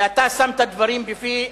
ואתה שמת דברים בפי.